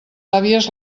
àvies